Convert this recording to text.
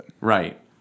Right